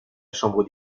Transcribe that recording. chambre